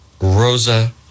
Rosa